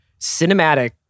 cinematic